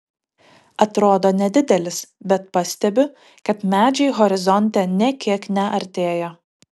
atrodo nedidelis bet pastebiu kad medžiai horizonte nė kiek neartėja